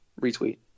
Retweet